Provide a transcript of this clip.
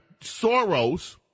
Soros